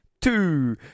Two